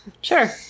sure